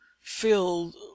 filled